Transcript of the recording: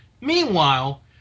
Meanwhile